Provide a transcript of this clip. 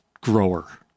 grower